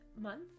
month